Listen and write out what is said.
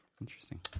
interesting